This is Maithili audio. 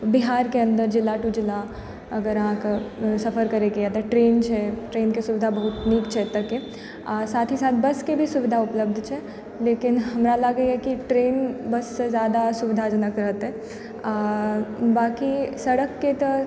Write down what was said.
बिहारके अन्दर जिला टू जिला अगर अहाँके सफर करैके यऽ तऽ ट्रेन छै ट्रेनके सुविधा बहुत नीक छै एतऽ के आओर साथ ही साथ बसके सुविधा भी उपलब्ध छै लेकिन हमरा लागैए कि ट्रेन बससँ जादा सुविधाजनक रहतै आओर बाकि सड़क केर तऽ